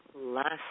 last